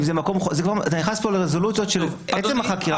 אתה נכנס פה לרזולוציות של עצם החקירה,